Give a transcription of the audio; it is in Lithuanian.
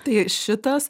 tai šitas